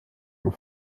und